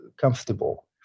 comfortable